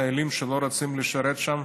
חיילים שלא רוצים לשרת שם,